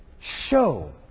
show